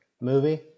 movie